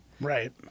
Right